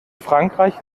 frankreich